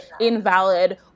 invalid